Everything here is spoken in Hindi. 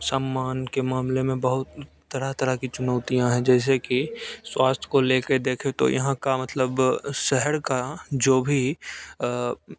सम्मान के मामले में बहुत तरह तरह की चुनौतियाँ हैं जैसे कि स्वास्थ्य को लेके देखे तो यहाँ का मतलब सहर का जो भी